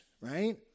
right